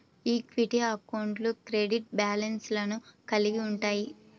equity అకౌంట్లు credit బ్యాలెన్స్లను కలిగి ఉంటయ్యి